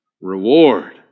Reward